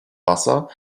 wasser